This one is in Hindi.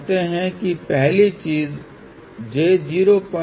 इसलिए यहां से हम इस पर गए हमने श्रृंखला में एक कैपेसिटेंस जोड़ी एक प्रतिबिंब लिया